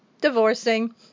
divorcing